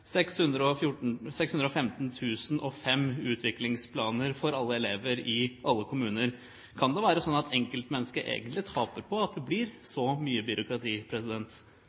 utviklingsplaner for alle elever i alle kommuner? Kan det være slik at enkeltmennesket egentlig taper på at det blir så mye byråkrati?